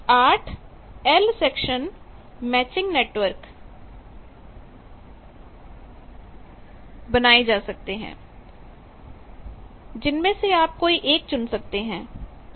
तो 8 L section matching network बनाए जा सकते हैं जिसमें से आप कोई एक चुन सकते हैं